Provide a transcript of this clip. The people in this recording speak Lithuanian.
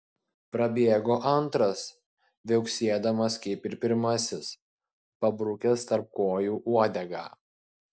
prabėgo antras viauksėdamas kaip ir pirmasis pabrukęs tarp kojų uodegą